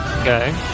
Okay